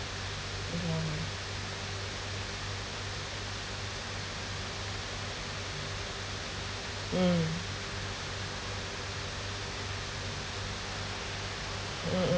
yeah mm mm